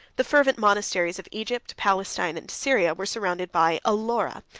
the fervent monasteries of egypt, palestine, and syria, were surrounded by a laura,